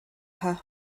her